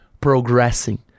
progressing